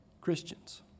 Christians